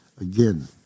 again